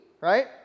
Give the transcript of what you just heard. right